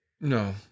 No